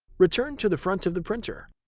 return to the front of the printer.